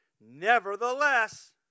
Nevertheless